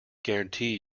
guarantee